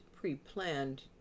pre-planned